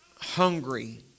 hungry